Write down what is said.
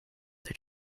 they